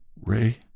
Ray